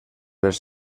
les